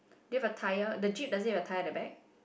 do you have a tyre the jeep does it have a tire at the back